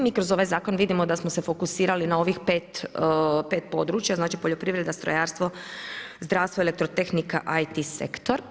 Mi kroz ovaj zakon vidimo da smo se fokusirali na ovih 5 područja, znači poljoprivreda, strojarstvo, zdravstvo, elektrotehnika, IT sektor.